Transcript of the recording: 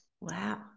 Wow